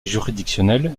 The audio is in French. juridictionnel